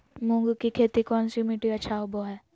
मूंग की खेती कौन सी मिट्टी अच्छा होबो हाय?